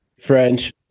French